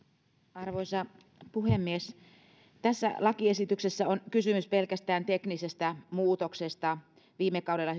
arvoisa puhemies tässä lakiesityksessä on kysymys pelkästään teknisestä muutoksesta viime kaudella